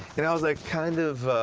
and i was like kind of